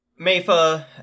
Mayfa